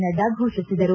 Nadda ಫೋಷಿಸಿದರು